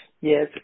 Yes